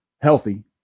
healthy